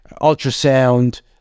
ultrasound